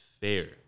fair